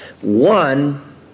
One